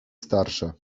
starsze